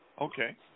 Okay